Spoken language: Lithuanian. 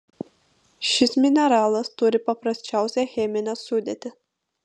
šis mineralas turi paprasčiausią cheminę sudėtį